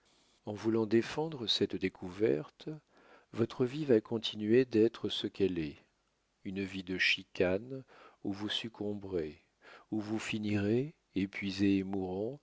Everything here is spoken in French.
en voulant défendre cette découverte votre vie va continuer d'être ce qu'elle est une vie de chicanes où vous succomberez où vous finirez épuisés et mourants